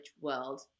world